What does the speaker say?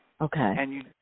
Okay